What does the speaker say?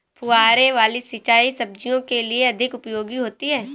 फुहारे वाली सिंचाई सब्जियों के लिए अधिक उपयोगी होती है?